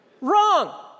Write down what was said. Wrong